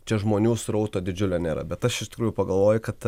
čia žmonių srauto didžiulio nėra bet aš iš tikrųjų pagalvoju kad